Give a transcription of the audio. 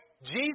Jesus